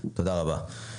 תודה רבה.